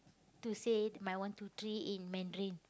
to say my one two three in Mandarin